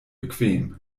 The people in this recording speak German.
bequem